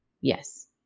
yes